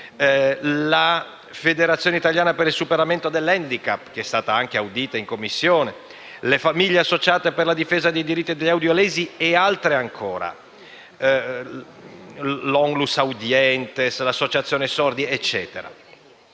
la Federazione italiana per il superamento dell'*handicap*, che è stata anche audita in Commissione, le Famiglie italiane associate per la difesa dei diritti degli audiolesi, l'Onlus Audientes, l'Associazione sordi e via